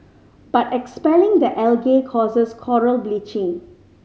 but expelling the algae causes coral bleaching